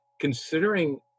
considering